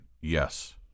Yes